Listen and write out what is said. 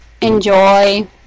enjoy